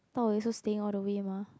Dao-Wei also staying all the way mah